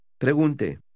Pregunte